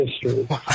history